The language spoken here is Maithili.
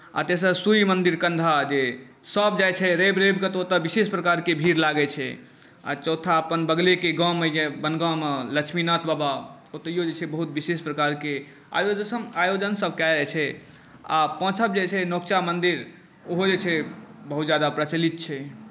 आ तेसर सूर्य मन्दिर कन्धा जे सब जाइ छै रवि रवि कऽ तऽ ओतऽ विशेष प्रकारके भीड़ लागै छै आ चौथा अपन बगलेके गाँवके जे बनगाँव मे लक्ष्मीनाथ बाबा ओतैयो जे छै बहुत विशेष प्रकारके आयोजन सब कयल जाइ छै आ पाॅंचम जे छै नकुचा मन्दिर ओहो जे छै बहुत जादा प्रचलित छै